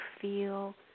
feel